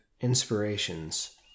Inspirations